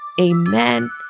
Amen